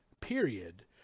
Period